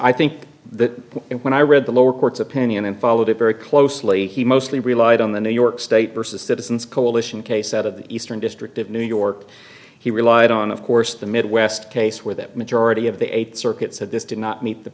i think that when i read the lower court's opinion and followed it very closely he mostly relied on the new york state versus citizens coalition case out of the eastern district of new york he relied on of course the midwest case where the majority of the eighth circuit said this did not meet the